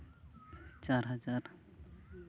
ᱪᱟᱨ ᱦᱟᱡᱟᱨ